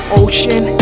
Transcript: ocean